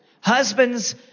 husbands